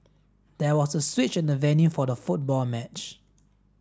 there was a switch in the venue for the football match